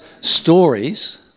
stories